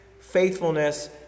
faithfulness